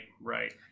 right